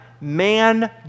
man